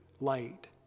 light